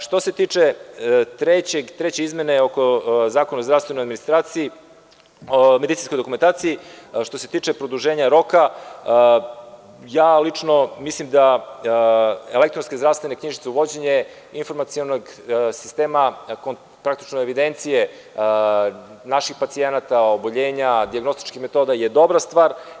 Što se tiče treće izmene oko Zakona o zdravstvenoj administraciji, medicinskoj dokumentaciji, što se tiče produženja roka, ja lično mislim da elektronske zdravstvene knjižice, uvođenje informacionog sistema, praktično evidencije naših pacijenata, obolenja, dijagnostičkih metoda je dobra stvar.